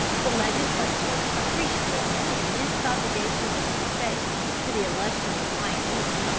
the legislature, appreciating the immense obligations of the state to the illustrious pioneer,